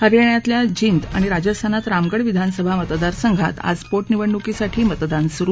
हरियाणातल्या जिंद आणि राजस्थानात रामगढ विधानसभा मतदारसंघात आज पोधनिवडणुकीसाठी मतदान सुरू